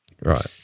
Right